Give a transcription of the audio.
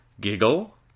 giggle